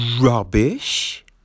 rubbish